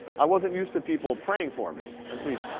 i wasn't used to people praying for me. at least